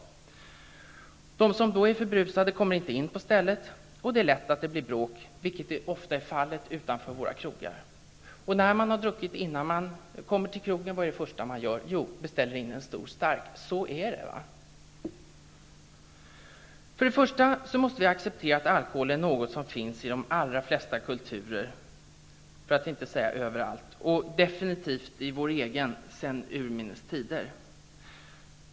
De som då är för berusade kommer inte in på stället, och det är lätt att bråk uppstår, vilket ofta är fallet utanför våra krogar. Vad är då det första man gör när man kommer till krogen efter att ha druckit hemma? Jo, man beställer in en stor starköl, så är det. För det första måste vi acceptera att alkohol förekommer i de allra flesta kulturer, för att inte säga överallt, och absolut sedan urminnes tider i vår egen kultur.